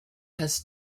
has